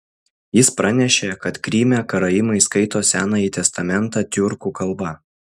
jis pranešė kad kryme karaimai skaito senąjį testamentą tiurkų kalba